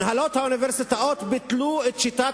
הנהלות האוניברסיטאות ביטלו את שיטת